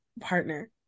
partner